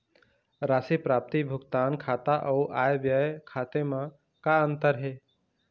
राशि प्राप्ति भुगतान खाता अऊ आय व्यय खाते म का अंतर हे?